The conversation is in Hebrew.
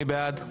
מי בעד?